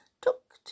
took